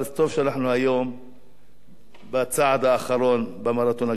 אבל טוב שאנחנו היום בצעד האחרון במרתון הגדול הזה.